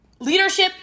leadership